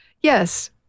Yes